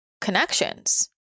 connections